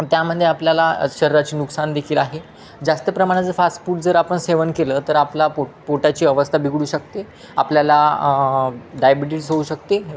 त्यामध्ये आपल्याला शरीराची नुकसान देखील आहे जास्त प्रमाणात जर फास फूड जर आपण सेवन केलं तर आपला पोट पोटाची अवस्था बिघडू शकते आपल्याला डायबिटीस होऊ शकते